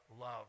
love